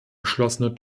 geschlossener